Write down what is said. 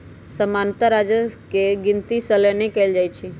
सामान्तः राजस्व के गिनति सलने कएल जाइ छइ